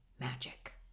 magic